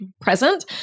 present